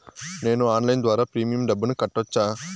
నేను ఆన్లైన్ ద్వారా ప్రీమియం డబ్బును కట్టొచ్చా?